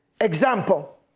example